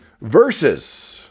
versus